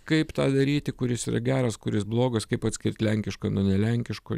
kaip tą daryti kuris yra geras kuris blogas kaip atskirt lenkišką nuo ne lenkiško